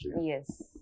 Yes